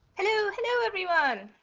hello hello everyone.